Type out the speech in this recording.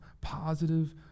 positive